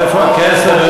איפה הכסף?